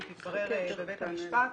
היא תתברר בבית המשפט,